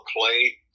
play